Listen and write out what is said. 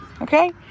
okay